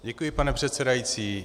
Děkuji, pane předsedající.